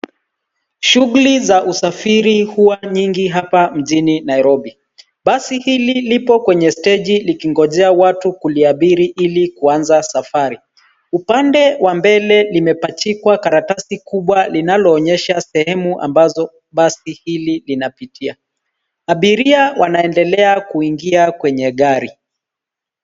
Shughuli za usafiri huwa nyingi hapa mjini Nairobi. Basi hili lipo kwenye steji likingojea watu kuliabiri ilikuanza safari. Upande wa mbele limepachikwa karatasi kubwa linaloonyesha sehemu ambazo basi hili linapitia. Abiria wanaendelea kuingia kwenye gari.